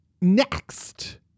Next